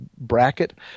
bracket